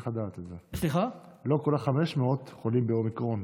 לא כל ה-500 חולים באומיקרון,